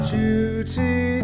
duty